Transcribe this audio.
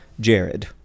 jared